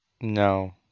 No